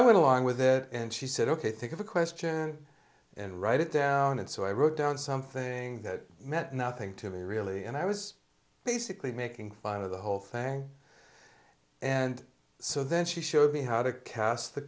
i went along with it and she said ok think of a question and write it down and so i wrote down something that meant nothing to me really and i was basically making fun of the whole thing and so then she showed me how to cast the